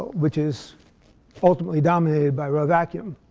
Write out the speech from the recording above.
which is ultimately dominated by rho vacuum.